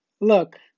look